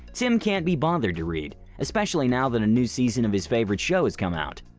tim can't be bothered to read, especially now that a new season of his favourite show has come out.